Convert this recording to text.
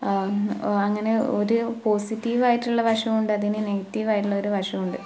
അങ്ങനെ ഒരു പോസിറ്റീവായിട്ടുള്ള വശം ഉണ്ട് അതിന് നെഗറ്റീവായിട്ടുള്ളൊരു വശം ഉണ്ട്